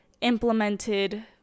implemented